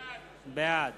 בעד